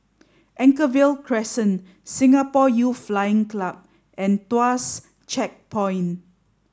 Anchorvale Crescent Singapore Youth Flying Club and Tuas Checkpoint